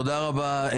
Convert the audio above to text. תודה רבה.